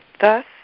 thus